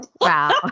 Wow